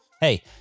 hey